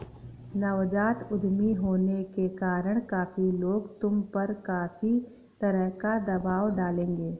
नवजात उद्यमी होने के कारण काफी लोग तुम पर काफी तरह का दबाव डालेंगे